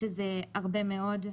שזה הרבה מאוד.